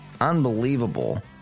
unbelievable